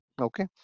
okay